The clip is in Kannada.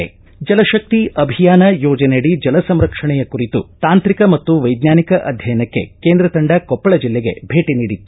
ಜಲಶಕ್ತಿ ಅಭಿಯಾನ ಯೋಜನೆಯಡಿ ಜಲ ಸಂರಕ್ಷಣೆಯ ಕುರಿತು ತಾಂತ್ರಿಕ ಮತ್ತು ವೈಜ್ವಾನಿಕ ಅಧ್ಯಯನಕ್ಕೆ ಕೇಂದ್ರ ತಂಡ ಕೊಪ್ಪಳ ಜಿಲ್ಲೆಗೆ ಭೇಟ ನೀಡಿತ್ತು